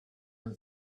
her